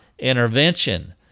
intervention